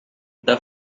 the